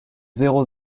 zéro